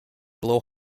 blow